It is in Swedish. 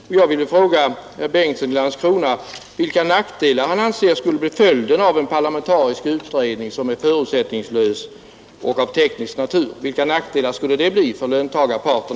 Jag skulle vilja fråga herr Bengtsson i Landskrona vilka nackdelar det skulle bli för t.ex. löntagarparten, om vi tillsätter en förutsättningslös parlamentarisk utredning av teknisk natur.